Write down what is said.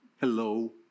Hello